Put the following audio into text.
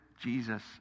Jesus